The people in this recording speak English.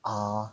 are